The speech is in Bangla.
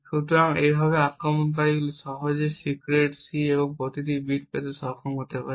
সুতরাং এইভাবে আক্রমণকারী সহজভাবে সিক্রেট সি এর প্রতিটি বিট পেতে সক্ষম হতে পারে